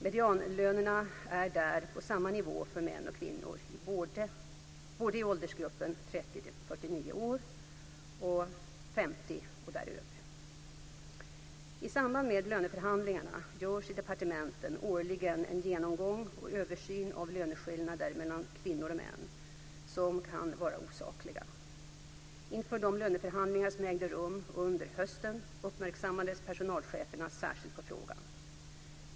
Medianlönerna är där på samma nivå för män och kvinnor, både i åldersgruppen 30-49 år och över 50 år. I samband med löneförhandlingarna görs i departementen årligen en genomgång och översyn av löneskillnader mellan kvinnor och män som kan vara osakliga. Inför de löneförhandlingar som ägde rum under hösten uppmärksammades personalcheferna särskilt på frågan.